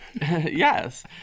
Yes